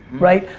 right?